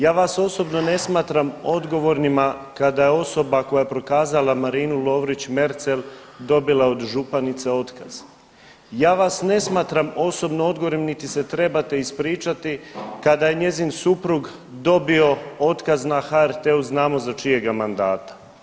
Ja vas osobno ne smatram odgovornima kad je osoba koja je prokazala Marinu Lovrić Merzel dobila od županice otkaz, ja vas ne smatram osobno odgovornim niti se trebate ispričati kad je njezin suprug dobio otkaz na HRT-u znamo za čijega mandata.